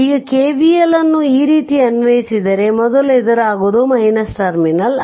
ಈಗ KVL ಅನ್ನು ಈ ರೀತಿ ಅನ್ವಯಿಸಿದರೆ ಮೊದಲು ಎದುರಾಗುವುದು ಟರ್ಮಿನಲ್